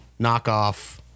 knockoff